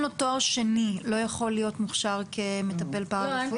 לו תואר שני לא יכול להיות מוכשר כמטפל פרא רפואי?